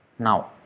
now